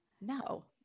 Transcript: No